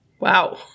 Wow